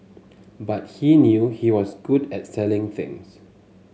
but he knew he was good at selling things